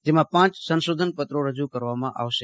જેમાં પાંચ સંશોધન પત્રો રજુ કરવામાં આવશે